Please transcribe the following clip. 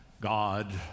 God